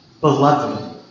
Beloved